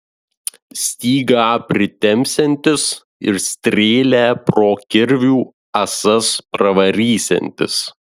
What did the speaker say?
stygą pritempsiantis ir strėlę pro kirvių ąsas pravarysiantis